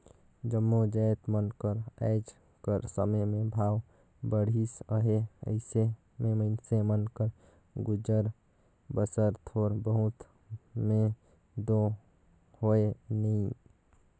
जम्मो जाएत मन कर आएज कर समे में भाव बढ़िस अहे अइसे में मइनसे मन कर गुजर बसर थोर बहुत में दो होए नई